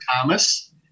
Thomas